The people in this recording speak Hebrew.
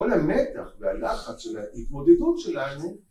כל המתח והלחץ של ההתמודדות שלנו